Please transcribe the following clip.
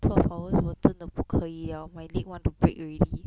twelve hours 我真的不可以 liao my leg want to break already